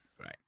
right